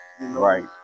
right